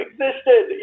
existed